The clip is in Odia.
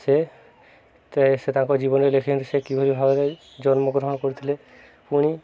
ସେ ସେ ତାଙ୍କ ଜୀବନୀ ଲେଖିଛନ୍ତି ସେ କିଭଳି ଭାବରେ ଜନ୍ମଗ୍ରହଣ କରିଥିଲେ ପୁଣି